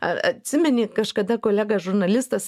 ar atsimeni kažkada kolega žurnalistas